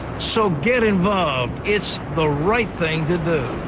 so get involved. it's the right thing to do.